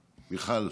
מיכל,